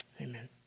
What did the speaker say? Amen